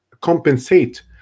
compensate